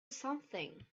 something